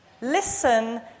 Listen